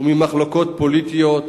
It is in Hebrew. וממחלוקות פוליטיות